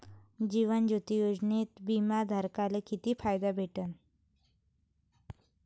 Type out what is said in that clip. जीवन ज्योती योजनेत बिमा धारकाले किती फायदा भेटन?